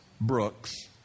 Brooks